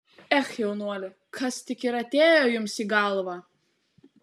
ech jaunuoli kas tik ir atėjo jums į galvą